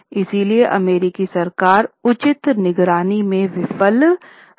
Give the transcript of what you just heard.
इसलिए अमेरिकी सरकार उचित निगरानी में विफल रही